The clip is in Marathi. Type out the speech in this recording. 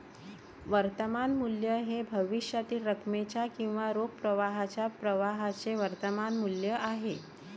वर्तमान मूल्य हे भविष्यातील रकमेचे किंवा रोख प्रवाहाच्या प्रवाहाचे वर्तमान मूल्य आहे